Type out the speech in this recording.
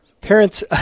Parents